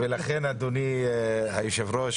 אדוני היושב-ראש,